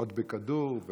לבעוט בכדור.